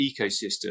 ecosystem